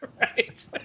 Right